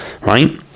right